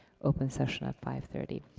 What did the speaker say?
open session at five thirty.